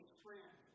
friend